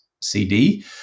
CD